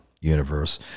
universe